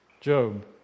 Job